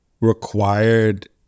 required